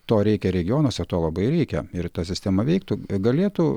to reikia regionuose to labai reikia ir ta sistema veiktų galėtų